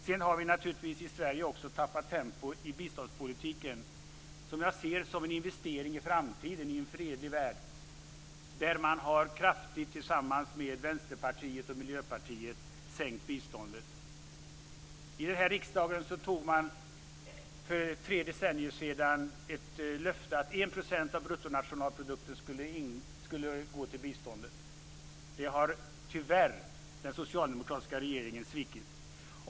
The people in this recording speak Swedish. Sedan har vi i Sverige också tappat tempo i biståndspolitiken, som jag ser som en investering i framtiden i en fredlig värld. Tillsammans med Vänsterpartiet och Miljöpartiet har regeringen kraftigt sänkt biståndet. För tre decennier sedan fattade riksdagen ett beslut om att 1 % av bruttonationalprodukten skulle gå till bistånd. Detta har tyvärr den socialdemokratiska regeringen svikit.